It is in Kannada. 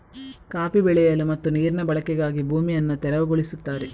ಕಾಫಿ ಬೆಳೆಯಲು ಮತ್ತು ನೀರಿನ ಬಳಕೆಗಾಗಿ ಭೂಮಿಯನ್ನು ತೆರವುಗೊಳಿಸುತ್ತಾರೆ